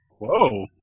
Whoa